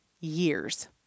years